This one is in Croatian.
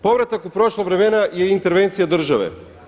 Povratak u prošla vremena je intervencija države.